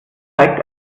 zeigt